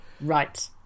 right